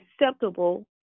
acceptable